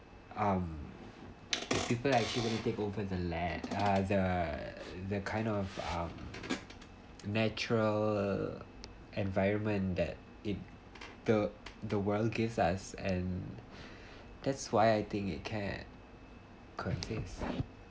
um people actually take over the land uh the uh the kind of um natural environment that it the the world gives us and that's why I think it can't coexist